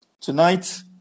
Tonight